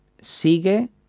Sigue